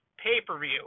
pay-per-view